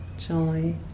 joy